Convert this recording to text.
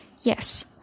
Yes